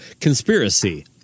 conspiracy